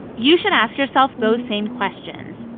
you should ask yourself those same questions.